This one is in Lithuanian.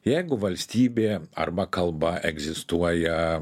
jeigu valstybė arba kalba egzistuoja